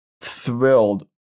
thrilled